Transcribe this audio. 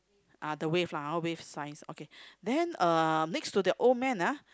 uh the wave lah hor wave size okay then uh next to the old man ah